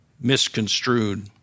misconstrued